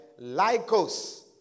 Lycos